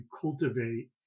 cultivate